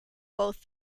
both